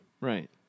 Right